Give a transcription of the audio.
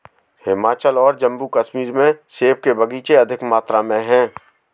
हिमाचल और जम्मू कश्मीर में सेब के बगीचे अधिक मात्रा में है